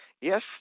Yes